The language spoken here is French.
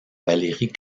valérie